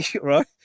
right